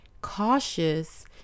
cautious